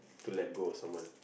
to let go of someone